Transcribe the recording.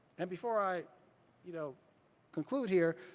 and before i you know conclude here,